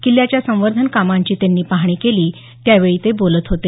किल्ल्याच्या संवर्धन कामांची त्यांनी पाहाणी केली त्यावेळी ते बोलत होते